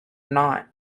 knot